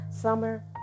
Summer